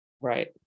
Right